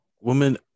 woman